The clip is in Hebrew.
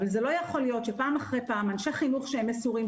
לא יכול להיות שפעם אחרי פעם אנשי חינוך מסורים,